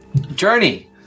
Journey